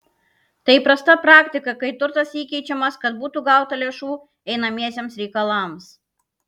tai įprasta praktika kai turtas įkeičiamas kad būtų gauta lėšų einamiesiems reikalams